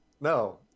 no